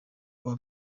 kuwa